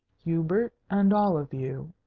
hubert and all of you,